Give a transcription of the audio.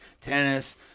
Tennis—